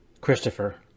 Christopher